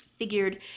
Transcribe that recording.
figured